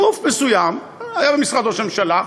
גוף מסוים שהיה במשרד ראש הממשלה,